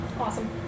awesome